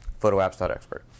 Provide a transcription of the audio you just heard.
Photoapps.expert